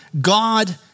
God